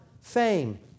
fame